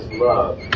love